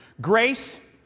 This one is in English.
Grace